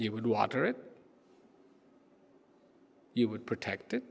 you would water it you would protect